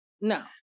no